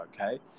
okay